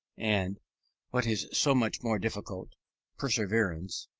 and what is so much more difficult perseverance,